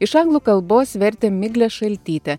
iš anglų kalbos vertė miglė šaltytė